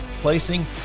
placing